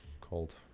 called